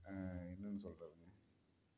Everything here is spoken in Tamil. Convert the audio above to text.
என்னென்னு சொல்றதுங்க